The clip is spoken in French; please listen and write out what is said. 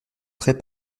très